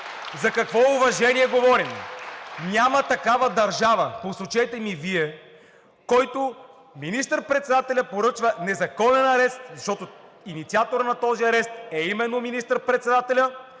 За какво уважение говорим? Няма такава държава, посочете ми Вие, в която министър председателят поръчва незаконен арест, защото инициатор на този арест е именно министър-председателят,